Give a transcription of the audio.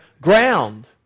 ground